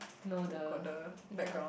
no the yes